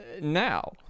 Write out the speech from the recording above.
now